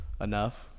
enough